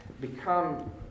become